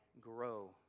grow